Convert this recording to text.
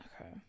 Okay